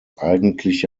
eigentliche